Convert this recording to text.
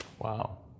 Wow